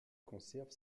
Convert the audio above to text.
conserve